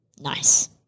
Nice